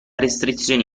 restrizioni